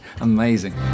amazing